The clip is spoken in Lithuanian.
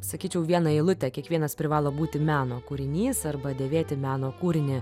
sakyčiau vieną eilutę kiekvienas privalo būti meno kūrinys arba dėvėti meno kūrinį